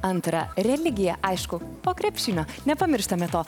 antra religija aišku po krepšinio nepamirštame to